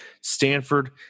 Stanford